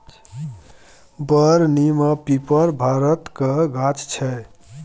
बर, नीम आ पीपर भारतक गाछ छै